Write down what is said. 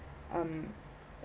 um